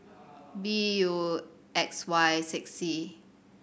B U X Y six C